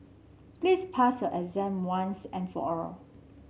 please pass your exam once and for all